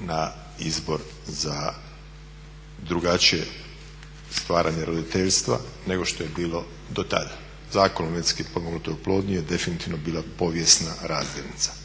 na izbor za drugačije stvaranje roditeljstva nego što je bilo do tada. Zakon o medicinski potpomognutoj oplodnji je definitivno bila povijesna razdjelnica.